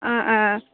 অঁ অঁ